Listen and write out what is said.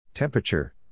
Temperature